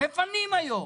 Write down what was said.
מפנים היום.